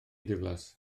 ddiflas